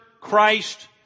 Christ